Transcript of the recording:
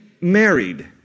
married